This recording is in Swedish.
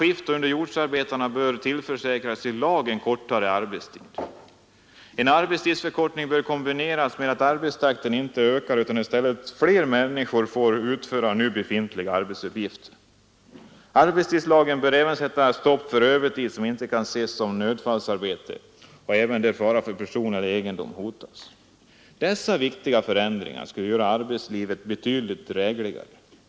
Skiftoch underjordsarbetarna bör i lag tillförsäkras en kortare arbetstid. En arbetstidsförkortning bör kombineras med att arbetstakten inte ökar utan att fler människor i stället får utföra nu befintliga arbetsuppgifter. Arbetstidslagen bör även sätta stopp för övertid som inte kan ses som nödfallsarbete eller där fara för person eller egendom föreligger. Dessa viktiga förändringar skulle göra arbetslivet betydligt drägligare.